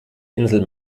insel